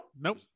Nope